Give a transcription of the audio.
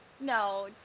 No